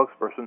spokesperson